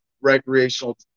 Recreational